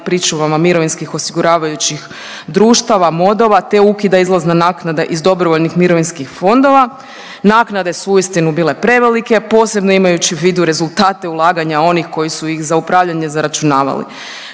pričuvama mirovinskih osiguravajućih društava, modova te ukida izlazna naknada iz dobrovoljnih mirovinskih fondova. Naknade su uistinu bile prevelike posebno imajući u vidu rezultate ulaganja onih koji su iz za upravljanje zaračunavali.